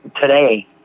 today